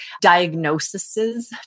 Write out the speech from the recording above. diagnoses